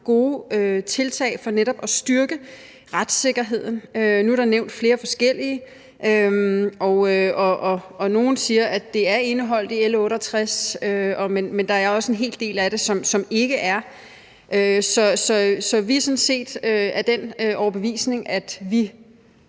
gode tiltag til netop at styrke retssikkerheden. Nu er der nævnt flere forskellige, og nogle siger, at det er indeholdt i L 68 B, men der er også en hel del af det, som ikke er. Så vi er sådan set af den overbevisning, at vi